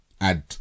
add